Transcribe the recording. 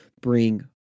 bring